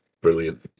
Brilliant